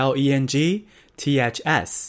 Lengths